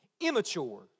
immature